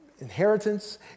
inheritance